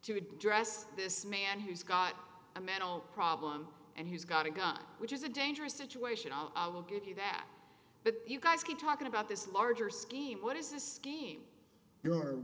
to address this man who's got a mental problem and he's got a gun which is a dangerous situation i'll give you that but you guys keep talking about this larger scheme what is this scheme